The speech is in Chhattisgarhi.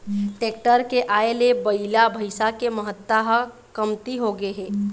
टेक्टर के आए ले बइला, भइसा के महत्ता ह कमती होगे हे